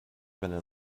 been